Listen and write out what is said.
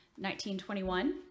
1921